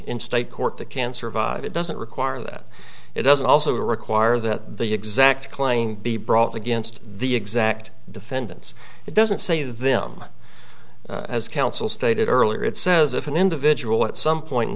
in state court that can survive it doesn't require that it doesn't also require that the exact claim be brought against the exact defendants it doesn't say them as counsel stated earlier it says if an individual at some point in